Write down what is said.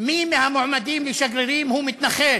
מי מהמועמדים לשגרירים הוא מתנחל